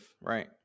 right